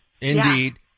Indeed